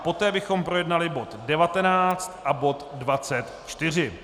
Poté bychom projednali bod 19 a bod 24.